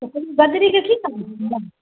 तऽ कनी बदरी गेथिन तऽ हम सुनब